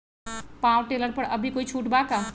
Power tiller पर अभी कोई छुट बा का?